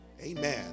Amen